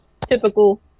typical